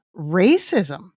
racism